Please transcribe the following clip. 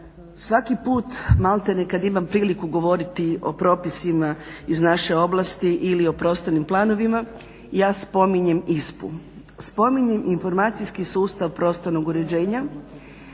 svaki put malterne kada imam priliku govoriti o propisima iz naše oblasti ili o prostornim planovima ja spominjem ISPU. Spominjem informacijski sustav prostornog uređenja,